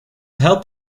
help